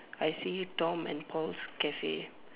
I see Tom and Paul's Cafe